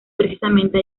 precisamente